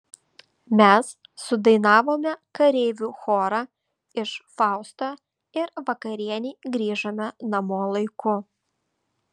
mes sudainavome kareivių chorą iš fausto ir vakarienei grįžome namo laiku